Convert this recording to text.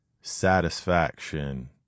satisfaction